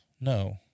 no